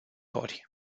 ori